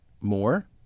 more